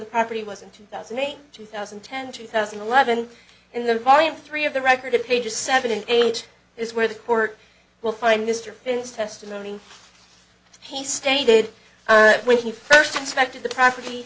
the property was in two thousand and eight two thousand and ten two thousand and eleven in the volume three of the record of pages seventy eight is where the court will find mr pins testimony he stated when he first inspected the property